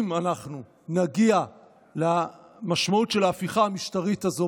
אם אנחנו נגיע למשמעות של ההפיכה המשטרית הזו,